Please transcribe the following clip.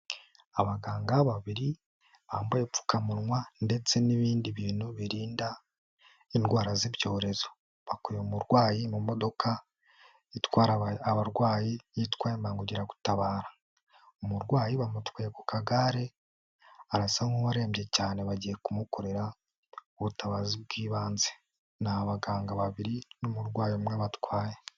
Abaganga babiri bambaye ubupfukamunwa, ndetse n'ibindi bintu birinda indwara z'ibyorezo. Bakuye umurwayi mu modoka, itwara abarwayi, yitwa imbangukiragutabara. Umurwayi bamutwaye ku kagare, arasa nk'uwarembye cyane, bagiye kumukorera ubutabazi bw'ibanze. Ni abaganga babiri n'umurwayi umwe batwaye.